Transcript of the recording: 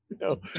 no